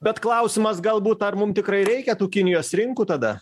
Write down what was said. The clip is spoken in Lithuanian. bet klausimas galbūt ar mum tikrai reikia tų kinijos rinkų tada